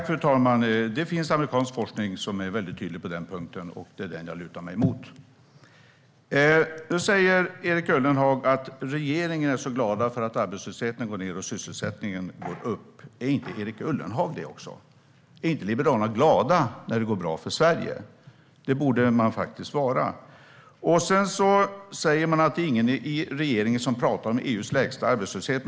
Fru talman! Det finns amerikansk forskning som är väldigt tydlig på den punkten. Det är den jag lutar mig mot. Nu säger Erik Ullenhag att regeringen är så glad för att arbetslösheten går ned och sysselsättningen går upp. Är inte Erik Ullenhag också det? Är inte Liberalerna glada när det går bra för Sverige? Det borde man faktiskt vara. Sedan säger man: Det är ingen i regeringen som pratar om EU:s lägsta arbetslöshet.